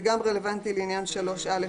זה רלוונטי גם לעניין 3א(ב)(2),